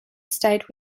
stayed